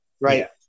Right